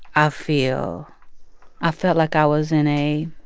i feel i felt like i was in a